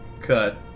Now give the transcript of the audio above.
cut